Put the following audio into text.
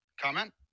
Comment